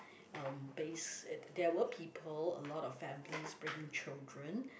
um base it there were people a lot of families bringing children